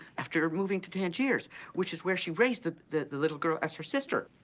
after moving to tangiers which is where she raised the, the, the little girl as her sister.